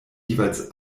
jeweils